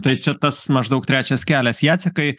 tai čia tas maždaug trečias kelias jacekai